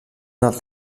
del